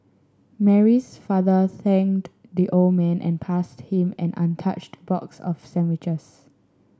Mary's father thanked the old man and passed him an untouched box of sandwiches